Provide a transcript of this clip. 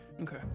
Okay